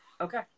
Okay